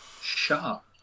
Sharp